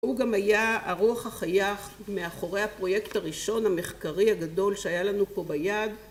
הוא גם היה הרוח החיה מאחורי הפרויקט הראשון המחקרי הגדול שהיה לנו פה ביד